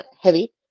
heavy